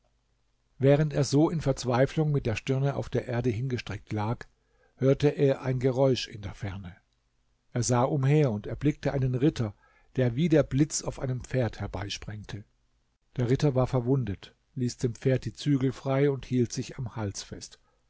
während er so in verzweiflung mit der stirne auf der erde hingestreckt lag hörte er ein geräusch in der ferne er sah umher und erblickte einen ritter der wie der blitz auf einem pferd herbeisprengte der ritter war verwundet ließ dem pferd die zügel frei und hielt sich am hals fest